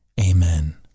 amen